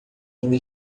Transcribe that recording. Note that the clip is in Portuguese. ainda